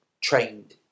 trained